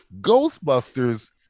Ghostbusters